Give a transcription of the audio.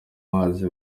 mazi